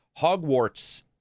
Hogwarts